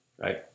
right